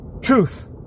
Truth